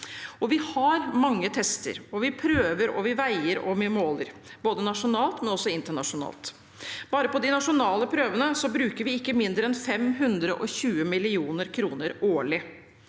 Vi har mange tester, og vi prøver, veier og måler, både nasjonalt og internasjonalt. Bare på de nasjonale prøvene bruker vi ikke mindre enn 520 mill. kr årlig.